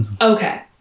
Okay